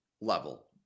level